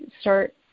start